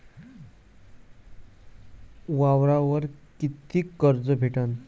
वावरावर कितीक कर्ज भेटन?